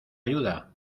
ayuda